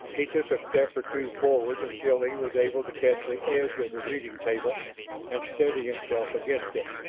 he took a step or two forward until he was able to catch the edge of the reading table and steady himself against it.